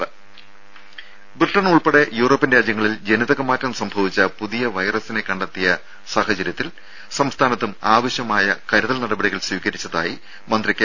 ദേദ ബ്രിട്ടൻ ഉൾപ്പെടെ യൂറോപ്യൻ രാജ്യങ്ങളിൽ ജനിതക മാറ്റം സംഭവിച്ച പുതിയ വൈറസിനെ കണ്ടെത്തിയ സാഹചര്യത്തിൽ സംസ്ഥാനത്തും ആവശ്യമായ കരുതൽ നടപടികൾ സ്വീകരിച്ചതായി മന്ത്രി കെ